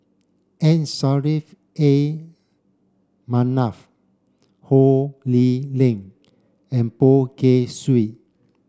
M Saffri A Manaf Ho Lee Ling and Poh Kay Swee